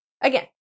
again